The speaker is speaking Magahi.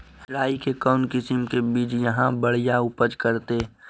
राई के कौन किसिम के बिज यहा बड़िया उपज करते?